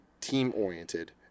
team-oriented